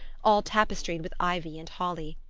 all tapestried with ivy and holly.